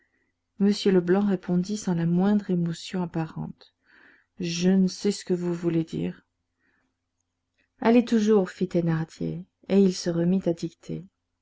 m leblanc répondit sans la moindre émotion apparente je ne sais ce que vous voulez dire allez toujours fit thénardier et il se remit à dicter